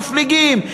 מפליגים,